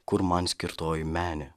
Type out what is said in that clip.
kur man skirtoji menė